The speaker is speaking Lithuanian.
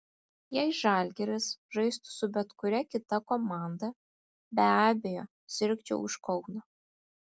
jei žalgiris žaistų su bet kuria kita komanda be abejo sirgčiau už kauną